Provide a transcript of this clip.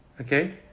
okay